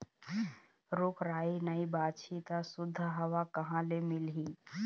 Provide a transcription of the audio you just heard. रूख राई नइ बाचही त सुद्ध हवा कहाँ ले मिलही